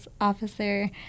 officer